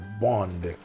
bond